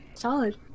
solid